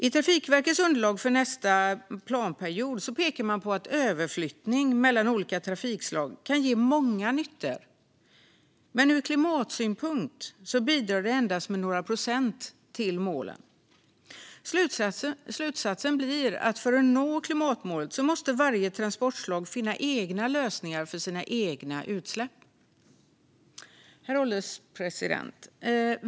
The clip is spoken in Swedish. I Trafikverkets underlag för nästa planperiod pekar man på att överflyttning mellan olika trafikslag kan ge många nyttor, men ur klimatsynpunkt bidrar det endast med några procent till målen. Slutsatsen blir att för att nå klimatmålet måste varje transportslag finna egna lösningar för att reducera sina utsläpp. Herr ålderspresident!